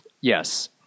Yes